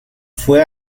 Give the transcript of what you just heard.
fue